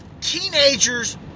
teenagers